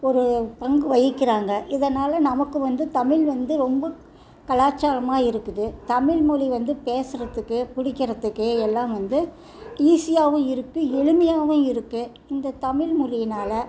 ஒரு பங்கு வகிக்கிறாங்க இதனால் நமக்கு வந்து தமிழ் வந்து ரொம்ப கலாச்சாரமாக இருக்குது தமிழ்மொழி வந்து பேசுகிறதுக்கு பிடிக்கிறதுக்கு எல்லாம் வந்து ஈஸியாகவும் இருக்குது எளிமையாகவும் இருக்குது இந்த தமிழ்மொழியினால்